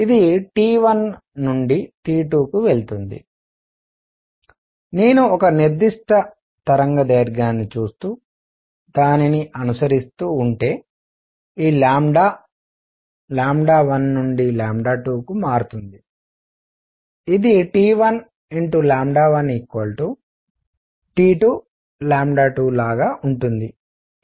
ఇది T1 నుండి T2 కు వెళుతుంది నేను ఒక నిర్దిష్ట తరంగదైర్ఘ్యాన్ని చూస్తూ దానిని అనుసరిస్తూ ఉంటే ఈ లాంబ్డా 1 నుండి 2కు మారుతుంది ఇది T1 1 T2 2 లాగా ఉంటుంది